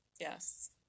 Yes